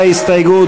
ההסתייגות?